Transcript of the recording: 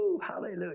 Hallelujah